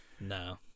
No